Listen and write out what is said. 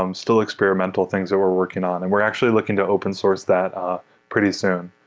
um still experimental things that we're working on, and we're actually looking to open source that pretty soon.